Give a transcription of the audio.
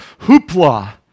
hoopla